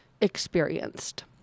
experienced